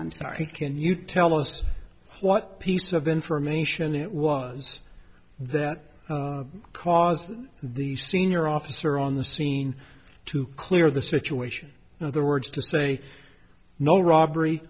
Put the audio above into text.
i'm sorry can you tell us what piece of information it was that caused the senior officer on the scene to clear the situation in other words to say no robbery